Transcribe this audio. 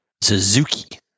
Suzuki